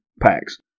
packs